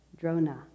Drona